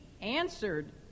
answered